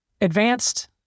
Advanced